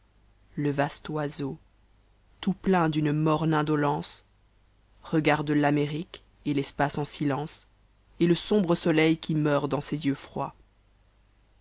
le vaste oiseau tout plein d'une morne indolence regarde l'amérique et l'espace en silence et le sombre soleil qui meurt dans ses yeux froids